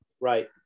Right